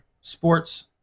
Sports